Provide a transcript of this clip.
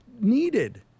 needed